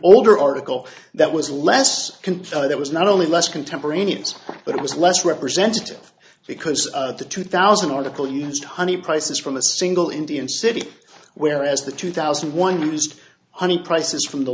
older article that was less complete that was not only less contemporaneous but it was less representative because the two thousand article used honey prices from a single indian city whereas the two thousand and one used honey prices from the